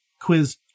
quiz